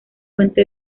fuente